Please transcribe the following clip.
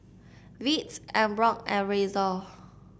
Veets Emborg and Razer